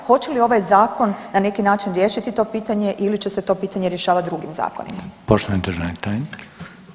Hoće li ovaj zakon na neki način riješiti to pitanje ili će se to pitanje rješavati drugim zakonima?